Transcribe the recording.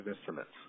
instruments